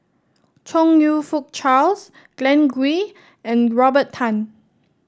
Chong You Fook Charles Glen Goei and Robert Tan